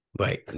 Right